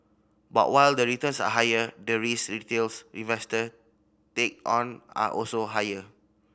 but while the returns are higher the risk retails investor take on are also higher